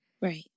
Right